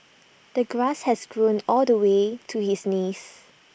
the grass has grown all the way to his knees